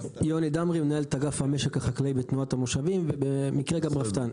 אני מנהל את אגף המשק החקלאי בתנועת המושבים ובמקרה גם רפתן.